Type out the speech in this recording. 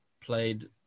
played